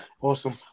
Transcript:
awesome